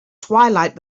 twilight